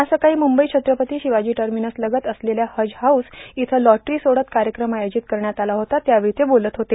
आज सकाळी म्रंबई छत्रपती शिवाजी र्टामनसलगत असलेल्या हज हाऊस इथं लॉटरी सोडत कायक्रम आयोजित करण्यात आला होता त्यावेळी ते बोलत होते